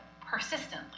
persistently